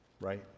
right